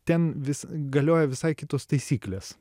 ten vis galioja visai kitos taisyklės